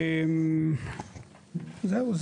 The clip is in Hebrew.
זהו,